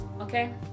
okay